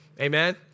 Amen